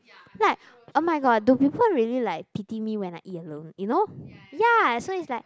like oh-my-god do people really like pity me when I eat alone you know